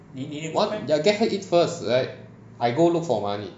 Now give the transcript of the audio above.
one ya get her in first like I go look for money